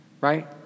right